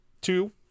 two